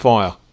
Fire